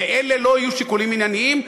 ואלה לא יהיו שיקולים ענייניים,